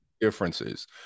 differences